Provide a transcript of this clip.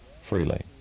freely